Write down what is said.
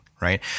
right